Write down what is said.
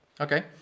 Okay